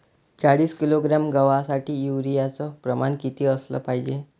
चाळीस किलोग्रॅम गवासाठी यूरिया च प्रमान किती असलं पायजे?